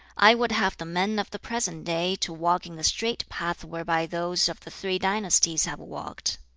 i would have the men of the present day to walk in the straight path whereby those of the three dynasties have walked.